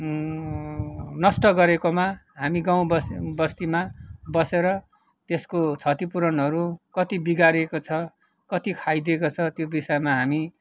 नष्ट गरेकोमा हामी गाउँ बस् बस्तीमा बसेर त्यसको क्षतिपूर्णहरू कति बिगारिएको छ कति खाइदिको छ त्यो विषयमा हामी